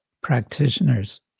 practitioners